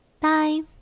bye